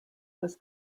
was